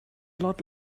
lot